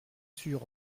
sur